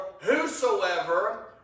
whosoever